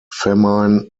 famine